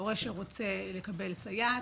הורה שרוצה לקבל סייעת,